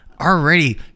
already